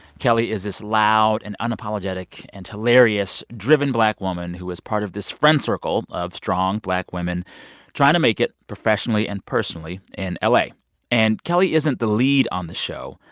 kelli is this loud and unapologetic and hilarious, driven black woman who is part of this friend circle of strong black women trying to make it professionally and personally in la. and kelli isn't the lead on the show,